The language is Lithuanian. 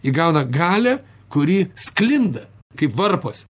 įgauna galią kuri sklinda kaip varpas